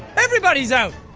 everybody's out!